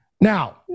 Now